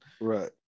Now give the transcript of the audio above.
right